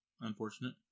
Unfortunate